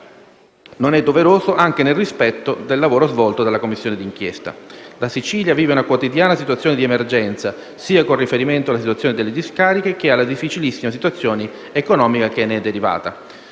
non è opportuno, anche nel rispetto del lavoro svolto dalla Commissione d'inchiesta. La Sicilia vive una quotidiana situazione di emergenza sia con riferimento alla situazione delle discariche che a quella economica che ne è derivata.